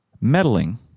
meddling